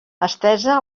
estesa